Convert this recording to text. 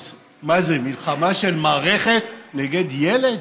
אז מה זה, מלחמה של מערכת נגד ילד?